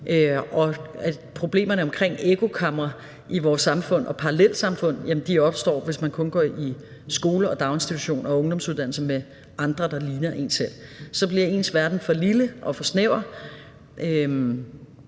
og at problemerne omkring parallelsamfund og ekkokamre i vores samfund opstår, hvis man kun går i skole og daginstitution og på en ungdomsuddannelse med andre, der ligner en selv. Så bliver ens verden for lille og for snæver.